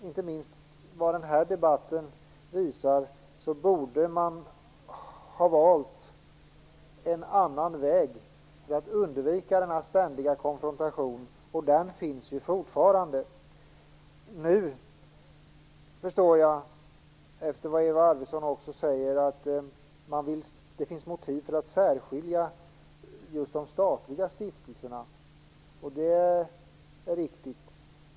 Inte minst den här debatten visar att man borde ha valt en annan väg för att undvika denna ständiga konfrontation, som fortfarande finns. Eva Arvidsson sade att det finns motiv för att särskilja just de statliga stiftelserna, och det är riktigt.